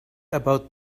about